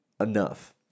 enough